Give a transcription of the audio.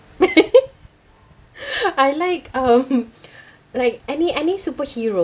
I like um like any any superheroes